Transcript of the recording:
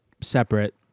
separate